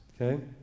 Okay